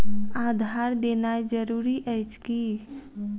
आधार देनाय जरूरी अछि की?